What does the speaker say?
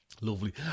lovely